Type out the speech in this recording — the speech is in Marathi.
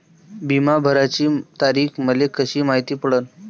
बिमा भराची तारीख मले कशी मायती पडन?